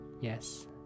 Yes